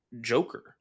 Joker